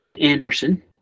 Anderson